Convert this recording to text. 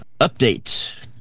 update